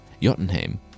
Jotunheim